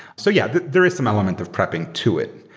so yeah, there is some element of prepping to it.